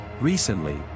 Recently